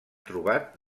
trobat